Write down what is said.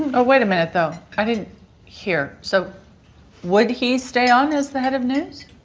and ah wait a minute though i didn't hear. so why'd he stay on as the head of news